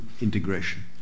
integration